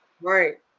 Right